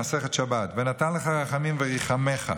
במסכת שבת: "ונתן לך רחמים ורחמך".